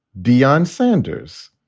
deon sanders.